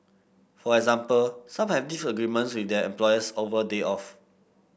for example some have disagreements with their employers over day off